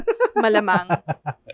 Malamang